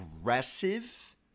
aggressive